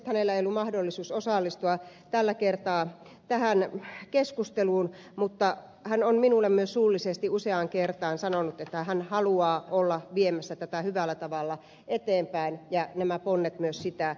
hänellä ei ollut mahdollisuutta osallistua tällä kertaa tähän keskusteluun mutta hän on minulle myös suullisesti useaan kertaan sanonut että hän haluaa olla viemässä tätä hyvällä tavalla eteenpäin ja nämä ponnet myös sitä velvoittavat